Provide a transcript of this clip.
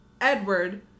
edward